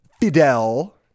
Fidel